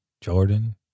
Jordan